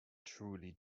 truly